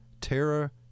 terror